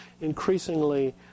increasingly